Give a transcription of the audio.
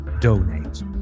donate